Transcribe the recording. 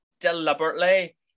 deliberately